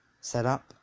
setup